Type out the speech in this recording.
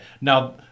Now